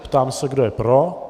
Ptám se, kdo je pro.